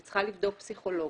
שצריכה לבדוק פסיכולוגית.